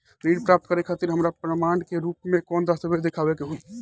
ऋण प्राप्त करे खातिर हमरा प्रमाण के रूप में कौन दस्तावेज़ दिखावे के होई?